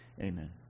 amen